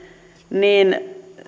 niin